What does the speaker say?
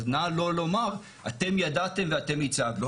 אז נא לא לומר 'אתם ידעתם ואתם הצגתם את זה'.